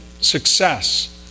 success